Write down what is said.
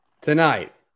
Tonight